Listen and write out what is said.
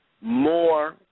More